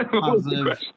positive